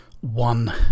one